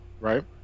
right